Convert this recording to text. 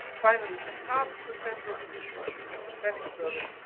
finally, can tag the sensors using the web's sensor planning service